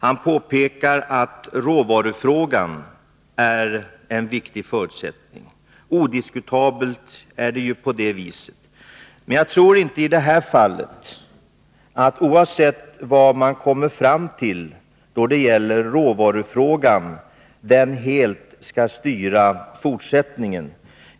Han påpekar att Om åtgärder för råvarufrågan är en viktig faktor. Odiskutabelt är det så, men jag tror inte att — gatt rädda syssel råvarufrågan, oavsett vad man kommer fram till på den punkten, skall vara sättningen i Skinn helt styrande för den fortsatta verksamheten.